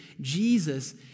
Jesus